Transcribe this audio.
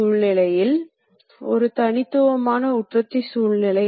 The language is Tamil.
டாலரன்ஸ் இல்லை என்றே சொல்லலாம்